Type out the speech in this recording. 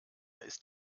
ist